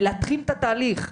ולהתחיל את התהליך.